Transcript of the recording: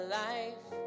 life